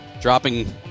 dropping